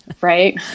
right